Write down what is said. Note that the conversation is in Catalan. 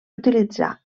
utilitzar